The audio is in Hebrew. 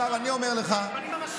הרבנים הראשיים לא רצו.